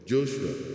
Joshua